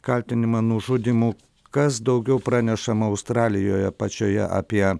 kaltinimą nužudymu kas daugiau pranešama australijoje pačioje apie